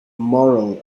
moral